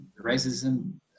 racism